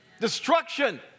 destruction